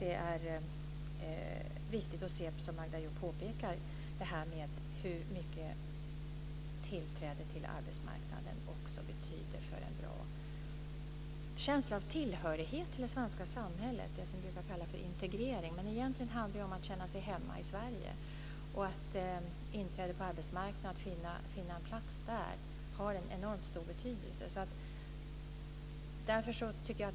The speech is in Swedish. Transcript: Det är viktigt att se hur mycket tillträde till arbetsmarknaden betyder för en bra känsla av tillhörighet till det svenska samhället, som Magda Ayoub påpekar. Det är det som brukar kallas för integrering. Egentligen handlar det om att känna sig hemma i Sverige. Att finna en plats på arbetsmarknaden har en enormt stor betydelse.